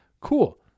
cool